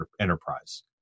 enterprise